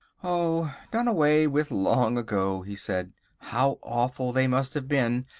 oh, done away with long ago, he said how awful they must have been.